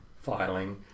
filing